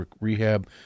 rehab